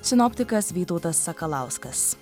sinoptikas vytautas sakalauskas